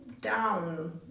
down